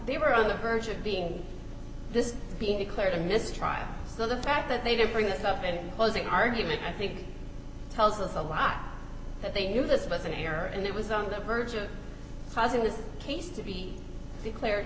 they were on the verge of being this being declared a mistrial so the fact that they didn't bring this up in closing argument i think tells us a lot that they knew this was an error and it was on the verge of causing this case to be declared